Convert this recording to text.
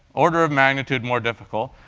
order of magnitude more difficult.